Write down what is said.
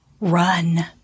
Run